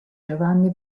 giovanni